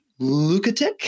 Lukatic